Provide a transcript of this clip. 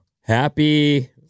happy